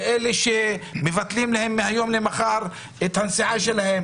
לאלה שמבטלים להם מהיום למחר את הנסיעה שלהם